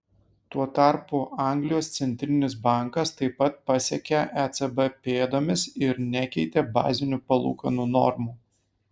tuo tarpu anglijos centrinis bankas taip pat pasekė ecb pėdomis ir nekeitė bazinių palūkanų normų